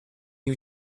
you